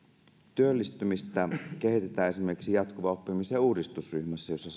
työllistymistä kehitetään esimerkiksi jatkuvan oppimisen uudistusryhmässä jossa